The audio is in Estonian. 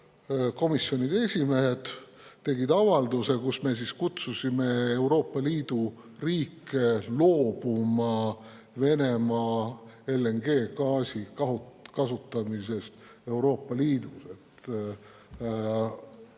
komisjonide esimehed tegid avalduse, kus nad kutsusid Euroopa Liidu riike üles loobuma Venemaa LNG kasutamisest Euroopa Liidus.